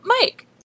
Mike